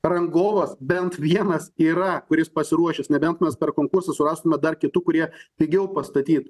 rangovas bent vienas yra kuris pasiruošęs nebent mes per konkursą surastume dar kitų kurie pigiau pastatyt